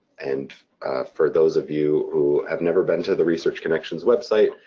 and for those of you who have never been to the research connections website,